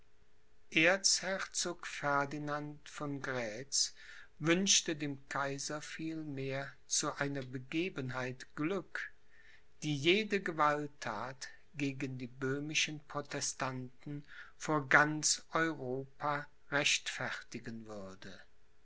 erzherzog ferdinand von grätz wünschte dem kaiser vielmehr zu einer begebenheit glück die jede gewaltthat gegen die böhmischen protestanten vor ganz europa rechtfertigen würde